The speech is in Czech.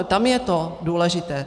Tam je to důležité.